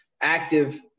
Active